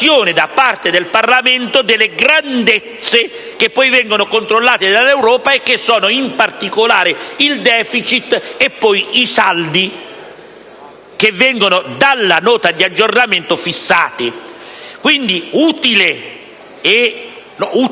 da parte del Parlamento, delle grandezze che poi vengono controllate dall'Europa e che sono, in particolare, il *deficit* e poi i saldi che vengono fissati dalla Nota di aggiornamento. Quindi è utile,